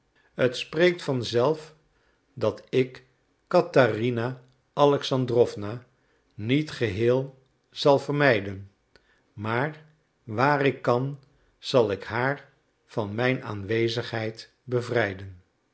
t spreekt van zelf dat ik catharina alexandrowna niet geheel zal vermijden maar waar ik kan zal ik haar van mijn aanwezigheid bevrijden